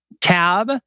tab